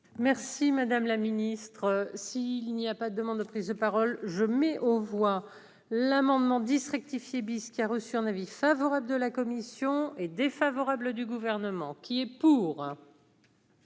Merci madame la ministre, si il n'y a pas de demande de prise de parole, je mets aux voix l'amendement 10 rectifié bis qui a reçu un avis favorable de la commission est défavorable du gouvernement qui est pour.